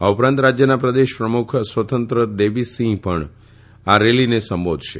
આ ઉપરાંત રાજયના પ્રદેશ પ્રમુખ સ્વતંત્ર દેવ સિંહા પણ આ રેલીને સંબોધશે